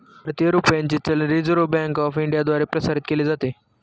भारतीय रुपयाचे चलन रिझर्व्ह बँक ऑफ इंडियाद्वारे प्रसारित केले जाते